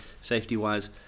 safety-wise